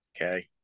okay